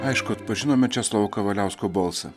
aišku atpažinome česlovo kavaliausko balsą